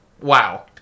Wow